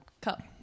cup